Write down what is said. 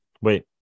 Wait